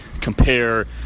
compare